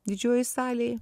didžiojoj salėj